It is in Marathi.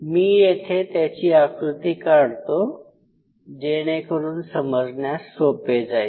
मी येथे त्याची आकृती काढतो जेणेकरून समजण्यास सोपे जाईल